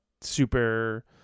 super